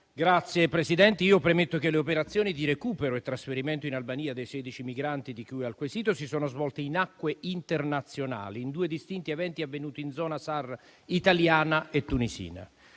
Signor Presidente, premetto che le operazioni di recupero e trasferimento in Albania dei 16 migranti di cui al quesito si sono svolte in acque internazionali, in due distinti eventi avvenuti in zona SAR (search and